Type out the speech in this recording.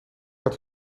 dat